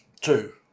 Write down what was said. two